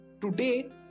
today